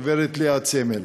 הגברת לאה צמל.